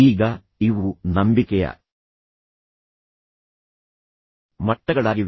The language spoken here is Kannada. ಈಗ ಇವು ನಂಬಿಕೆಯ ಮಟ್ಟಗಳಾಗಿವೆ